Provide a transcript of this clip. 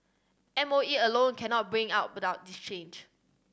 M O E alone cannot bring out about this change